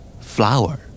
Flower